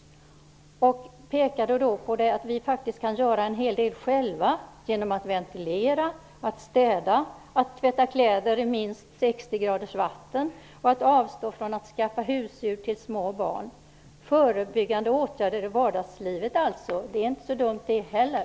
Hon pekade på att vi faktiskt kan göra en hel del själva genom att ventilera, städa, tvätta kläder i minst 60 graders vatten och att avstå från att skaffa husdjur till små barn. Det är alltså fråga om förebyggande åtgärder i vardagslivet. Det är inte så dumt det heller.